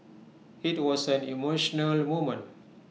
IT was an emotional moment